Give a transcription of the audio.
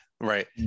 Right